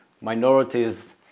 minorities